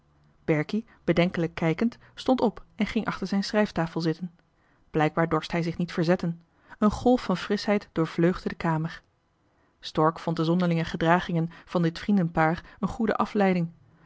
berkie bedenkelijk kijkend stond op en ging achter zijn schrijftafel zitten blijkbaar dorst hij zich niet verzetten een golf van frischheid doorvleugde de kamer stork vond de zonderlinge gedragingen van dit vriendenpaar een goede afleiding